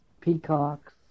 peacocks